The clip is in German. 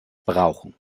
brauchen